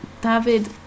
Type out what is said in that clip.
David